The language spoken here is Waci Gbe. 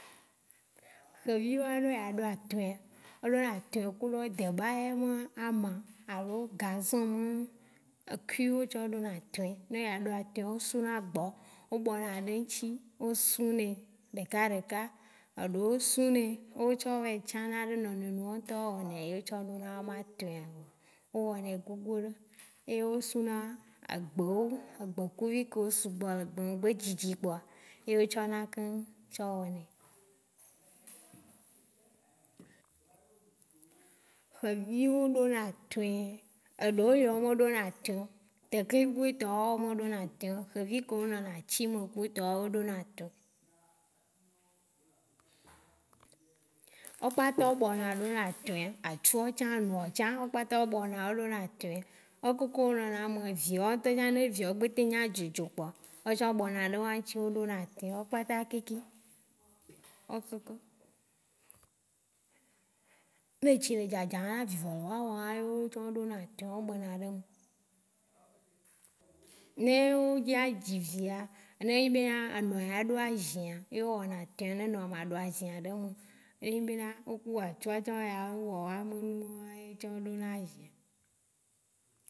Xevi va be ya ɖo atɔea, eɖo na atɔe kuɖo dɛba ɛma ama alo gazon nu kui wo tsɔ ɖo na atɔe. No odza ɖo atɔea o suna gbɔ, o gbɔna ɖe ŋtsi osunɛ ɖeka ɖeka. Eɖeo sunɛ o tsã o vɛetsã na nɔme wo ŋtɔ o wɔ nɛ e o tsɔ wa ma atɔea me. O wɔnɛ gbogbo ɖe e o su na agbeo, agbekuvi ke o sugbɔ le ŋgbe dzidzi kpoa ye o tsɔ na ke tso wɔnɛ. Xevi wo ɖo na atɔe, eɖeo le me o me ɖo na atɔeo. Tɛkli guigoe tɔ wa o me ɖo na atɔeo. Xevi ke wo nɔ na atsi me kpo etɔa o ɖo na atɔe. O kpata o gbɔna ɖo na atɔea, atsuo tsã, nuɔ tsã o kpata o gbɔ na ɖo na atɔe. Wa keke wo nɔna eme viwo ŋtɔ tsã, ne evio gbe te nya dzi dzo kpoa, wa tsã o bɔ na ɖe wa ŋtsi wo ɖo na atɔe, wo kpata keke. Ne etsi le dzadza a avivɔ le wawa yeo o tsã o ɖo na atɔe o gbɔna ɖe me. Ne o dza dzi via, ne enyi be na amea la ɖo azia, e o wɔna atɔea ne nɔa ɖo azi ɖe eme, ne enyi be na wo ku wa tɔ oya wɔ wame nu woa ye etsã ɖo na azi.